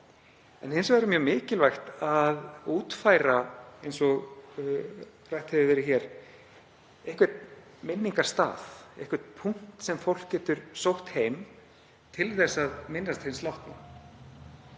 Hins vegar er mjög mikilvægt að útfæra, eins og rætt hefur verið hér, einhvern minningarstað, einhvern punkt sem fólk getur sótt heim til að minnast hins látna.